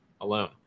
alone